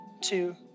two